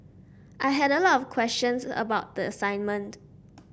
I had a lot of questions about the assignment